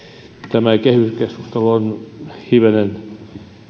tämä kehyskeskustelu on hivenen